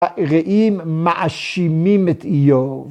‫הרעים מאשימים את איוב.